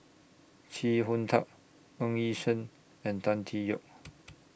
Chee Hong Tat Ng Yi Sheng and Tan Tee Yoke